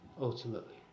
ultimately